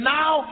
now